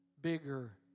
bigger